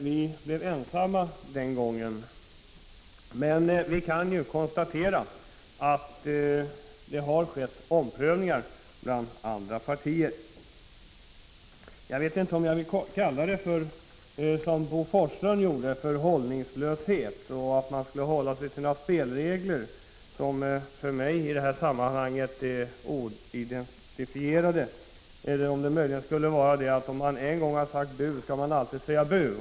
Vi blev ensamma den gången, men vi kan ju konstatera att det har skett omprövningar inom andra partier. Jag vet inte om jag vill kalla det för hållningslöshet, som Bo Forslund gjorde, och säga att man bör hålla sig till några spelregler, som för mig i det här sammanhanget är oidentifierade. Eller kan det möjligen vara så att om man en gång har sagt bu skall man alltid säga bu?